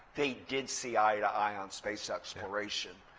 they did see eye on space exploration.